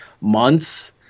months